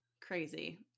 Crazy